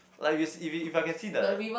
like you see if if I can see the